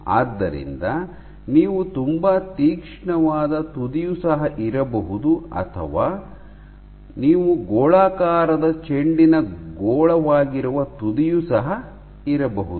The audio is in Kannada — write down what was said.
ಆದ್ದರಿಂದ ನೀವು ತುಂಬಾ ತೀಕ್ಷ್ಣವಾದ ತುದಿಯು ಸಹ ಇರಬಹುದು ಅಥವಾ ನೀವು ಗೋಳಾಕಾರದ ಚೆಂಡಿನ ಗೋಳವಾಗಿರುವ ತುದಿಯು ಸಹ ಇರಬಹುದು